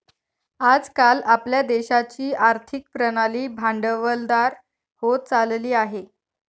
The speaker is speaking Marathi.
आज काल आपल्या देशाची आर्थिक प्रणाली भांडवलदार होत चालली आहे